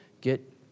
get